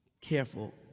careful